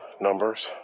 numbers